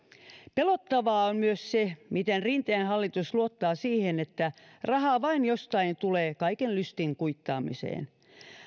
pelottavaa on myös se miten rinteen hallitus luottaa siihen että rahaa vain jostain tulee kaiken lystin kuittaamiseen